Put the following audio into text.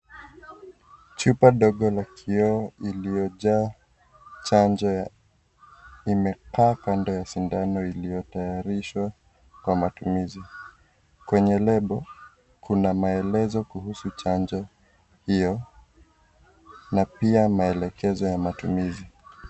Chupa ndogo la kioo iliyojaa chanjo ya imekaa kando ya sindano iliyotayarishwa kwa matumizi. Kwenye lebo, kuna maelezo kuhusu chanjo hiyo na pia maelekezo ya matumizi.